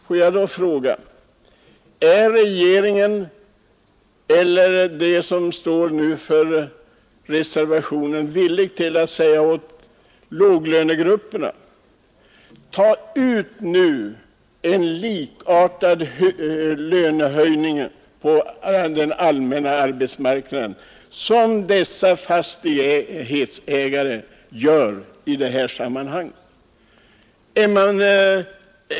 Låt mig då fråga: Är regeringen eller reservanterna villiga att säga åt låglönegrupperna att de skall ta ut en likartad lönehöjning på den allmänna arbetsmarknaden som den höjning dessa fastighetsägare tar ut i detta sammanhang?